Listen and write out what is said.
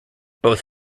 both